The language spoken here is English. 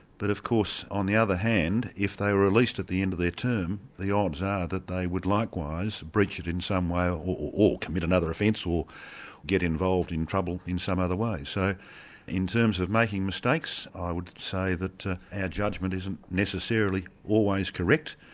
but of course, on the other hand, if they were released at the end of their term, the odds are that they would likewise breach it in some way, ah or commit another offence, or get involved in trouble in some other ways. so in terms of making mistakes, i would say that our and judgment isn't necessarily always correct,